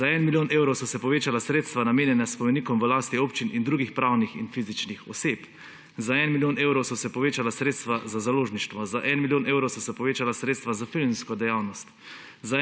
Za en milijon evrov so se povečala sredstva namenjena spomenikov v lasti občin in drugih pravnih in fizičnih oseb. Za en milijon evrov so se povečala sredstva za založništvo, za en milijon evrov so se povečala sredstva za filmsko dejavnost,